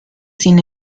sin